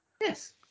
Yes